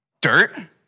dirt